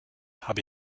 habe